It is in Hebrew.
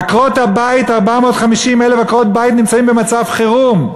עקרות-הבית, 450,000 עקרות-בית נמצאות במצב חירום: